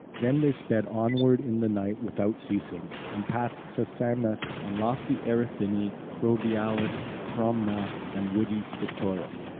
then they sped onward in the night without ceasing, and passed sesamus and lofty erythini, crobialus, cromna and woody cytorus.